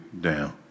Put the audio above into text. down